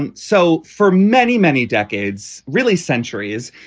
um so for many, many decades, really centuries.